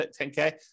10K